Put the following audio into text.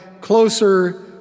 closer